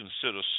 consider